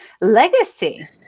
legacy